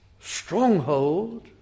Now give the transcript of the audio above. stronghold